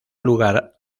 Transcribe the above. lugar